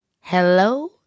Hello